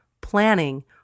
planning